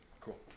Cool